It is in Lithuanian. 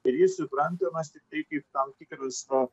ir jis suprantamas tiktai kaip tam tikras nu